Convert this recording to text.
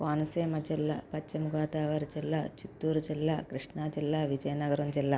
కోనసీమ జిల్లా పశ్చిమగోధావరి జిల్లా చిత్తూరు జిల్లా కృష్ణ జిల్లా విజయనగరం జిల్లా